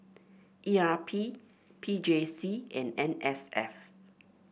E R P P J C and N S F